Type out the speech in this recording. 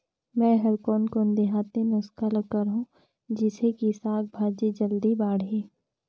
मै हर कोन कोन देहाती नुस्खा ल करहूं? जिसे कि साक भाजी जल्दी बाड़ही?